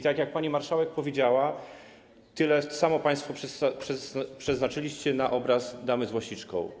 Tak jak pani marszałek powiedziała, tyle samo państwo przeznaczyliście na obraz „Dama z łasiczką”